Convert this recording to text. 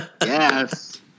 Yes